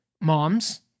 moms